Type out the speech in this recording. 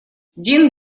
дин